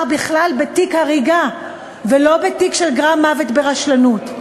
בכלל בתיק הריגה ולא בתיק של גרם מוות ברשלנות.